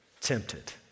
tempted